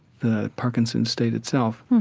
the parkinson's state itself